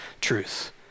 truth